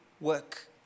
work